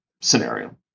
scenario